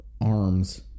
Arms